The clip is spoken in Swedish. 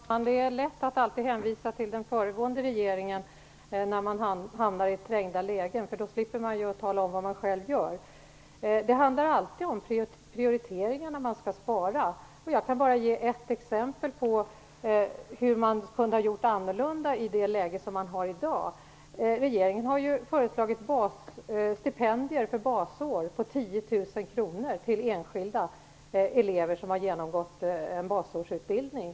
Herr talman! Det är lätt att alltid hänvisa till den föregående regeringen när man hamnar i trängda lägen, eftersom man då slipper att tala om vad man själv gör. Det handlar alltid om prioriteringar när man skall spara. Jag kan bara ge ett exempel på att man kunde ha handlat annorlunda i det läge som vi har i dag. Regeringen har föreslagit stipendier för basår på 10 000 kronor till enskilda elever som har genomgått en basårsutbildning.